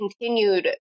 continued